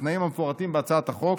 בתנאים המפורטים בהצעת החוק,